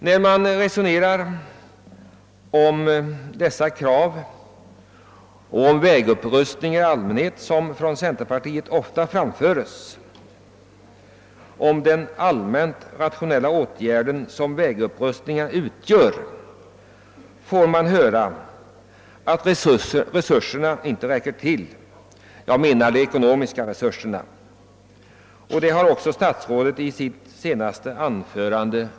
När från centerpartiet ofta framförts krav på vägupprustning, varvid framhållits att vägupprustning utgör en allmänt rationell åtgärd, får man höra att de ekonomiska resurserna inte räcker till. Det har också statsrådet understrukit i sitt senaste anförande.